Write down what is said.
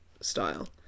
style